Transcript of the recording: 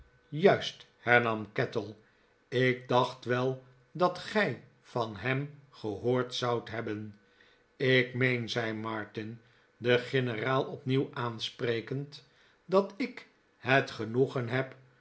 juist hernam kettle jk dacht wel dat gij van hem gehoord zoudt hebben ik meen zei martin den generaal opnieuw aansprekend dat ik het genoegen heb